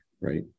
right